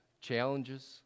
challenges